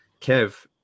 Kev